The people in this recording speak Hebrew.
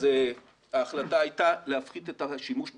ההחלטה הייתה להפחית אתה השימוש בפחם.